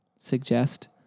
suggest